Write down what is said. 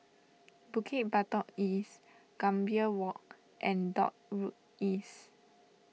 Bukit Batok East Gambir Walk and Dock Road East